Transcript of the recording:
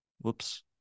Whoops